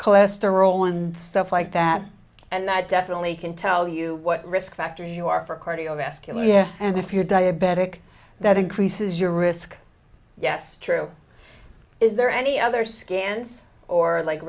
cholesterol and stuff like that and i definitely can tell you what risk factor you are for cardiovascular yeah and if you're diabetic that increases your risk yes true is there any other scans or like